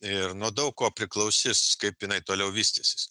ir nuo daug ko priklausys kaip jinai toliau vystysis